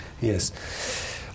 Yes